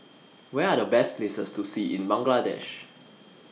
Where Are The Best Places to See in Bangladesh